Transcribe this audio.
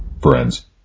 Friends